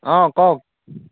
অঁ কওক